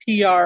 PR